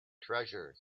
treasure